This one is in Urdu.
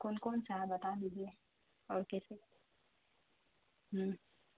کون کون سا بتا دیجیے اور کیسے